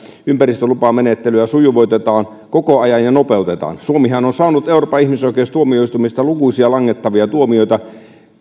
ympäristölupamenettelyä sujuvoitetaan ja nopeutetaan koko ajan suomihan on saanut euroopan ihmisoikeustuomioistuimesta lukuisia langettavia tuomioita